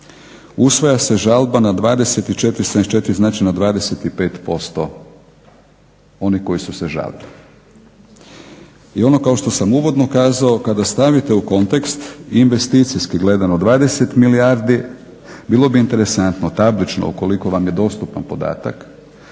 usvaja se žalba na 24, 74, znači na 25% onih koji su se žalili. I ono kao što sam uvodno kazao, kada stavite u kontekst investicijski gledano 20 milijardi bilo bi interesantno tablično ukoliko vam je dostupan podatak,